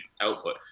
output